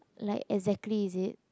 like exactly is it